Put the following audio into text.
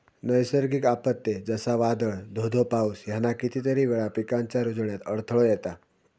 नैसर्गिक आपत्ते, जसा वादाळ, धो धो पाऊस ह्याना कितीतरी वेळा पिकांच्या रूजण्यात अडथळो येता